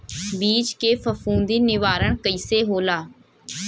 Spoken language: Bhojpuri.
बीज के फफूंदी निवारण कईसे होला?